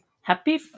Happy